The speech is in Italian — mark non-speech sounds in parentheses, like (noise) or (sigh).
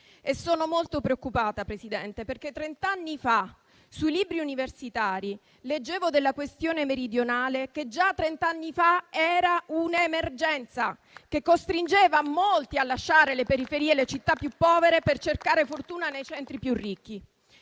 Sono molto preoccupata, signor Presidente, perché trent'anni fa sui libri universitari leggevo della questione meridionale, che già allora era un'emergenza, (applause) che costringeva molti a lasciare le periferie e le città più povere per cercare fortuna nei centri più ricchi.